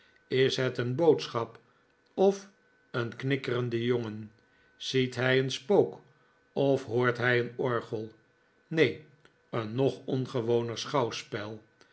is het een boodschap of een knikkerende jongen ziet hij een spook of hoort hij een orgel neen een nog ongewoner schouwspel